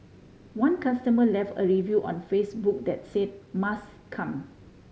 one customer left a review on Facebook that said must come